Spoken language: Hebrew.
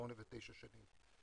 שמונה ותשע שנים.